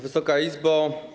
Wysoka Izbo!